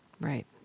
Right